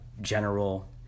general